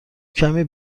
کمی